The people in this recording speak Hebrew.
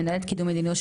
מנהלת קידום מדיניות,